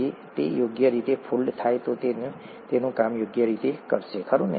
જો તે યોગ્ય રીતે ફોલ્ડ થાય તો તે તેનું કામ યોગ્ય રીતે કરશે ખરું ને